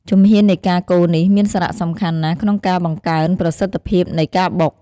ជំហាននៃការកូរនេះមានសារៈសំខាន់ណាស់ក្នុងការបង្កើនប្រសិទ្ធភាពនៃការបុក។